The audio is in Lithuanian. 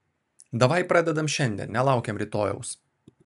davai pradedam šiandien nelaukiam rytojaus